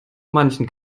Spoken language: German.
manchem